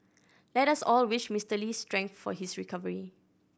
let us all wish Mister Lee strength for his recovery